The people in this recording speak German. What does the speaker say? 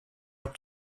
habt